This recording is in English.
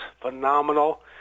phenomenal